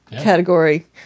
category